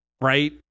right